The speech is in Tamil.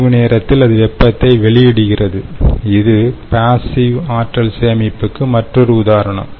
இரவு நேரத்தில் அது வெப்பத்தை வெளியிடுகிறது இது பாசிவ் ஆற்றல் சேமிப்புக்கு மற்றொரு உதாரணம்